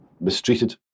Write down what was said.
mistreated